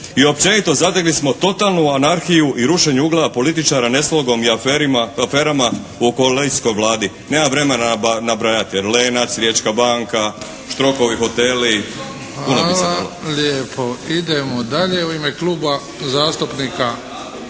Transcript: i općenito zatekli smo totalnu anarhiju i rušenje ugleda političara neslogom i aferama u koalicijskoj Vladi. Nemam vremena nabrajati "Lenac", Riječka banka, Štrokovi hoteli. **Bebić, Luka